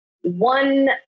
one